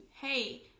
hey